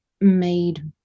made